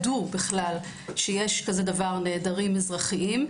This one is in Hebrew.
ידעו שיש כזה דבר נעדרים אזרחיים.